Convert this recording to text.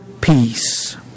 peace